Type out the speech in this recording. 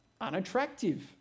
unattractive